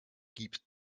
gibt